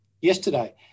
yesterday